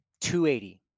280